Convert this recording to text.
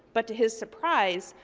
but to his surprise,